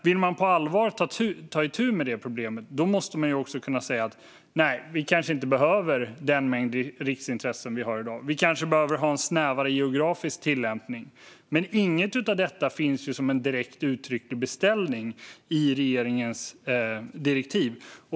Vill man på allvar ta itu med detta problem måste man också kunna säga att vi kanske inte behöver den mängd riksintressen som vi har i dag och att vi kanske behöver ha en snävare geografisk tillämpning. Men inget av detta finns som en direkt uttrycklig beställning i regeringens direktiv.